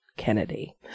Kennedy